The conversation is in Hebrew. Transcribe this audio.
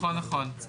נכון נכון.